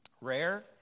Rare